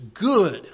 good